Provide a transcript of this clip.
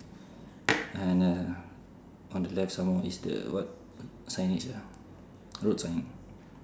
and uh on the left some more is the what signage ah road sign